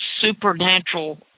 supernatural